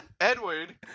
Edward